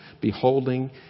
Beholding